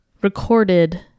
recorded